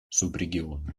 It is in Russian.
субрегиона